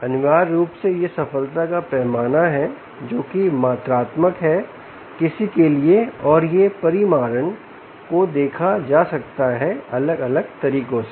अनिवार्य रूप से यह सफलता का पैमाना है जो कि मात्रात्मक है किसी के लिए और यह परिमाणन को देखा जा सकता है अलग अलग तरीकों से